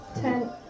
Ten